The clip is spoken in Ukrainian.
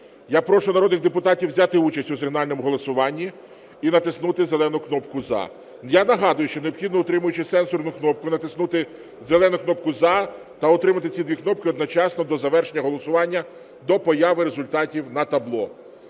Я прошу народних депутатів взяти участь у сигнальному голосуванні і натиснути зелену кнопку "За". Я нагадую, що необхідно, утримуючи сенсорну кнопку, натиснути зелену кнопку "За" та утримувати ці дві кнопки одночасно до завершення голосування, до появи результатів на табло.